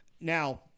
Now